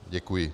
Děkuji.